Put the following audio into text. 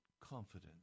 confidence